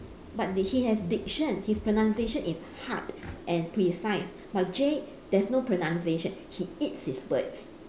but he has diction his pronunciation is hard and precise but jay there's no pronunciation he eats his words